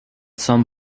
some